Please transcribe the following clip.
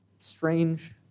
strange